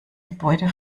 gebäude